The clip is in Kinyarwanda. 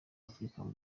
afurika